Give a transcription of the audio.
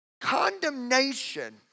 Condemnation